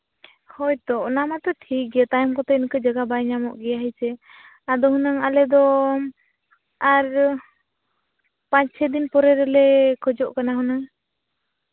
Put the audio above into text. ᱦᱳᱭ ᱛᱚ ᱚᱱᱟ ᱢᱟᱛᱚ ᱴᱷᱤᱠ ᱜᱮ ᱛᱟᱭᱚᱢ ᱠᱚᱛᱮ ᱤᱱᱠᱟᱹ ᱡᱟᱭᱜᱟ ᱵᱟᱭ ᱧᱟᱢᱚᱜ ᱜᱮᱭᱟ ᱦᱮᱸᱥᱮ ᱟᱫᱚ ᱦᱩᱱᱟᱹᱝ ᱟᱞᱮ ᱫᱚ ᱟᱨ ᱯᱟᱸᱪ ᱪᱷᱚᱭ ᱫᱤᱱ ᱯᱚᱨᱮ ᱨᱮᱞᱮ ᱠᱷᱚᱡᱚᱜ ᱠᱟᱱᱟ ᱦᱩᱱᱟᱹᱝ